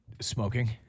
smoking